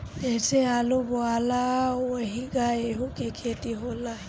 जइसे आलू बोआला ओहिंगा एहू के खेती होला